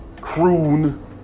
croon